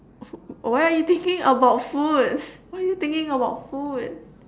why are you thinking about food why are you thinking about food